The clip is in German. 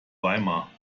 weimar